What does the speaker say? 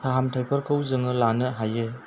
फाहामथायफोरखौ जोङो लानो हायो